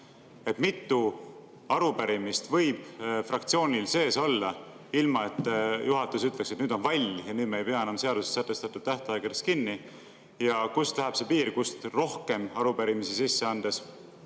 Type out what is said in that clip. Mitu arupärimist võib fraktsioonil sees olla, ilma et juhatus ütleks, et nüüd on vall ja nüüd me ei pea enam seaduses sätestatud tähtaegadest kinni? Ja kust läheb see piir, millest alates rohkem arupärimisi sisse andes